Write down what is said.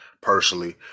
personally